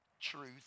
truth